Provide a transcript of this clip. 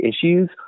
issues